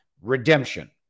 redemption